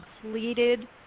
completed